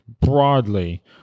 broadly